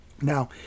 Now